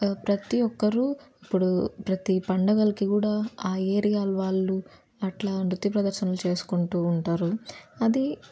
ప్రతీ ఒక్కరూ ఇప్పుడు ప్రతీ పండగలకి కూడా ఆ ఏరియా వాళ్ళు అలా నృత్య ప్రదర్శనలు చేసుకుంటూ ఉంటారు అది